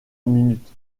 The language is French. minute